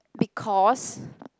because